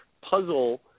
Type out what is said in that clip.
puzzle